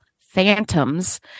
Phantoms